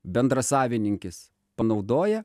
bendrasavininkis panaudoja